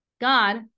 God